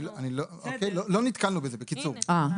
לא נתקלנו בזה בקיצור.